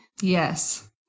Yes